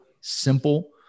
simple